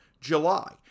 July